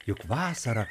juk vasara